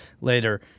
later